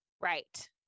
right